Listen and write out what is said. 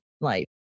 life